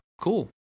cool